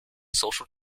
social